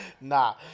Nah